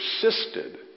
persisted